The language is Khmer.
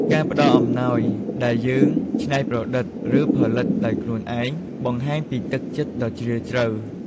ការផ្តល់អំណោយដែលយើងច្នៃប្រឌិត ឬផលិតដោយខ្លួនឯង បង្ហាញពីទឹកចិត្តដ៏ជ្រាលជ្រៅ។